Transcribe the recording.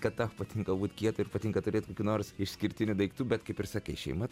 kad tau patinka būt kietu ir patinka turėt kokių nors išskirtinių daiktų bet kaip ir sakai šeima